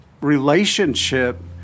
relationship